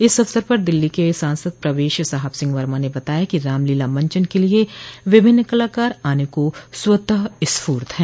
इस अवसर पर दिल्ली के सांसद प्रवेश साहब सिंह वर्मा ने बताया कि रामलीला मंचन के लिये विभिन्न कलाकार आने को स्वतः स्फूर्त है